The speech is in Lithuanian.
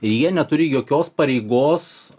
ir jie neturi jokios pareigos